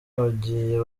bagiye